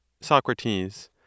Socrates